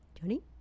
Johnny